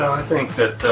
think that